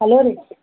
hello ರೀ